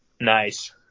Nice